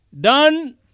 done